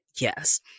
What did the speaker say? Yes